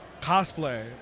cosplay